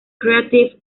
creative